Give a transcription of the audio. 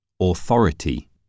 Authority